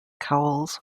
cowles